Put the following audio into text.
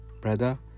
Brother